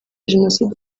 jenoside